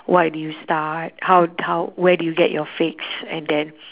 why did you start how how where do you get your fix and then